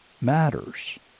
matters